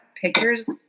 pictures